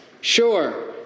sure